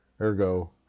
ergo